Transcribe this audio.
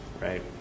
right